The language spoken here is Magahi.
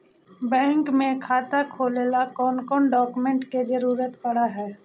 बैंक में खाता खोले ल कौन कौन डाउकमेंट के जरूरत पड़ है?